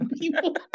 people